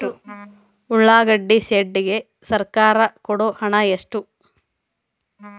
ಉಳ್ಳಾಗಡ್ಡಿ ಶೆಡ್ ಗೆ ಸರ್ಕಾರ ಕೊಡು ಹಣ ಎಷ್ಟು?